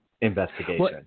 investigation